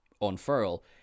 unfurl